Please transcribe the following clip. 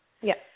Yes